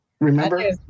Remember